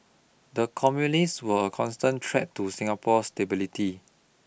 the communists were a constant threat to Singapore's stability